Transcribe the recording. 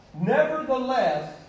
nevertheless